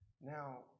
Now